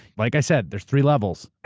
like i said, there's three levels.